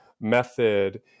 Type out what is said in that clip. method